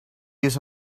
use